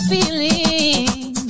Feeling